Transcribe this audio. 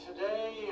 today